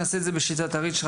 בבקשה, יפעת שאשא ביטון.